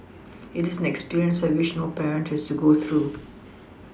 it is an experience I wish no parent has to go through